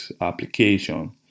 application